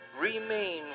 Remain